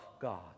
God